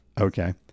Okay